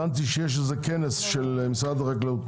הבנתי שיש איזה כנס של משרד החקלאות,